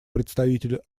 представителю